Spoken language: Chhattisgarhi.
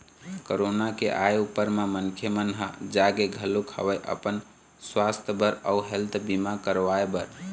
कोरोना के आय ऊपर म मनखे मन ह जागे घलोक हवय अपन सुवास्थ बर अउ हेल्थ बीमा करवाय बर